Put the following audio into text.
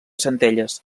centelles